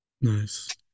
nice